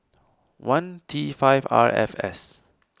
one T five R F S